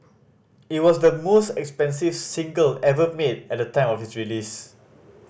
it was the most expensive single ever made at the time of its release